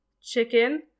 chicken